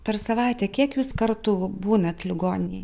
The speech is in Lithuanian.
per savaitę kiek jūs kartų būnat ligoninėj